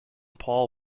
paul